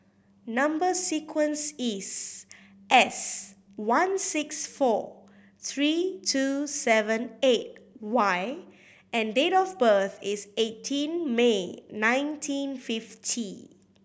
number sequence is S one six four three two seven eight Y and date of birth is eighteen May nineteen fifty